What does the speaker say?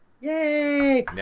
Yay